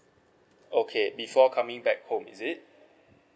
okay before coming back home is it